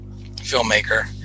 filmmaker